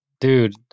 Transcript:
Dude